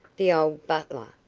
the old butler!